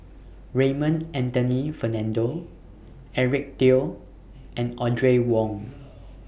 Raymond Anthony Fernando Eric Teo and Audrey Wong